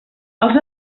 els